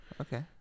okay